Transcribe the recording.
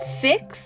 fix